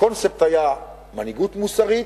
הקונספט היה מנהיגות מוסרית,